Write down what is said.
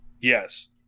yes